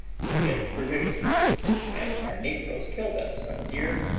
to get provisions and our negroes killed us some deer,